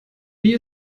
wie